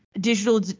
digital